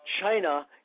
China